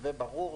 מתווה ברור.